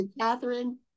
Catherine